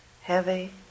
heavy